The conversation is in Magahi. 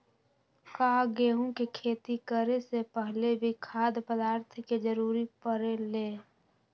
का गेहूं के खेती करे से पहले भी खाद्य पदार्थ के जरूरी परे ले?